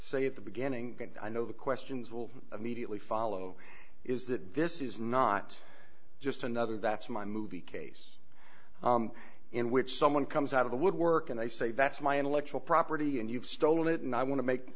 say at the beginning i know the questions will immediately follow is that this is not just another that's my movie case in which someone comes out of the woodwork and i say that's my intellectual property and you've stolen it and i want to make